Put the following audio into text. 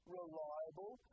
reliable